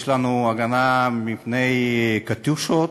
יש לנו הגנה מפני "קטיושות",